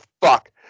fuck